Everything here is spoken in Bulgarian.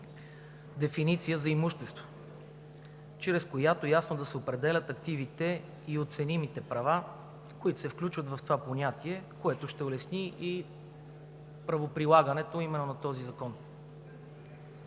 дефиниция за имущество, чрез която ясно да се определят активите и оценимите права, които се включват в това понятие, което ще улесни и правоприлагането именно на този закон.